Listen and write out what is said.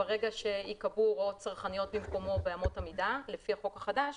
ברגע שייקבעו הוראות צרכניות במקומו באמות המידה לפי החוק החדש